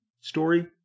story